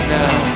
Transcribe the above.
now